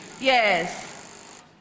Yes